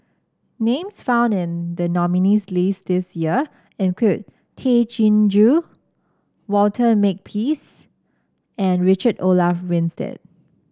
names found in the nominees' list this year include Tay Chin Joo Walter Makepeace and Richard Olaf Winstedt